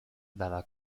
dalla